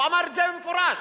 הוא אמר זאת במפורש.